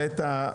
העלית.